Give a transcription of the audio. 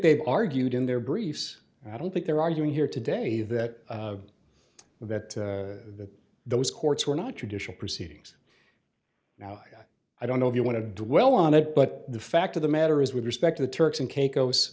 they've argued in their briefs i don't think they're arguing here today that that that those courts were not traditional proceedings now i don't know if you want to dwell on it but the fact of the matter is with respect to the turks and